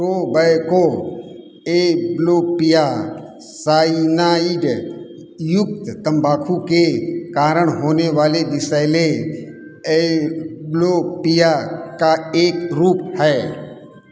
tobacco amblyopia cyanide युक्त तंबाकू के कारण होने वाले विषैले एंब्लोपिया का एक रूप है